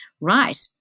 right